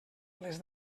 les